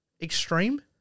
extreme